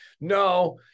no